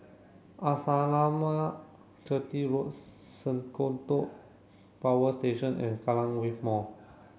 Arnasalam Chetty Road Senoko Power Station and Kallang Wave Mall